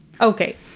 Okay